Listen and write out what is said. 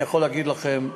אני יכול להגיד לכם,